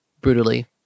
brutally